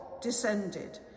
descended